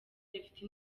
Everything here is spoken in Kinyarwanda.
rifite